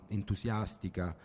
entusiastica